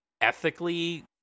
ethically